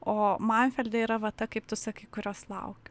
o manfeldė yra va ta kaip tu sakai kurios laukiu